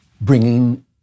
bringing